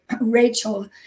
Rachel